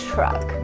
Truck 。